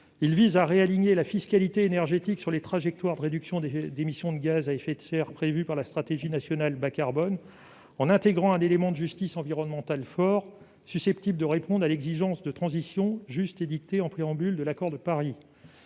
Il vise à réaligner la fiscalité énergétique sur les trajectoires de réduction des émissions de gaz à effet de serre prévues par la stratégie nationale bas-carbone, en intégrant un élément de justice environnementale fort, susceptible de répondre à l'exigence de transition juste édictée en préambule de l'accord de Paris.